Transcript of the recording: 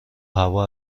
هوا